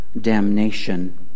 damnation